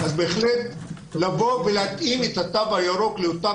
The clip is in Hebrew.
בהחלט לבוא ולהתאים את התו הירוק לאותם